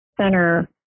center